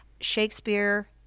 Shakespeare